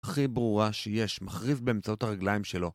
הכי ברורה שיש, מחריף באמצעות הרגליים שלו